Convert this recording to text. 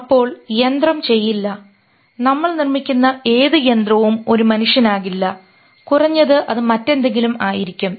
അപ്പോൾ യന്ത്രം ചെയ്യില്ല നമ്മൾ നിർമ്മിക്കുന്ന ഏത് യന്ത്രവും ഒരു മനുഷ്യനാകില്ല കുറഞ്ഞത് അത് മറ്റെന്തെങ്കിലും ആയിരിക്കും